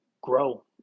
grow